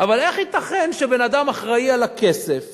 אבל איך ייתכן שבן-אדם אחראי לכסף